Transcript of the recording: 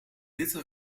witte